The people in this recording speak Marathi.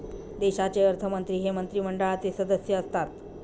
देशाचे अर्थमंत्री हे मंत्रिमंडळाचे सदस्य असतात